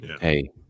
Hey